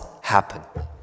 happen